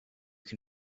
can